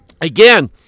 again